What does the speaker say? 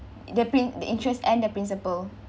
they're paying the interests and the principal